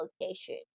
location